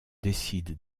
décident